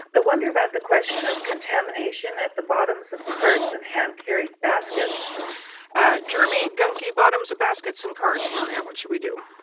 i wonder about the question of contamination at the bottoms of carts and hand-carried baskets ah germy, gunky bottoms of baskets and carts maria, what should we do?